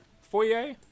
Foyer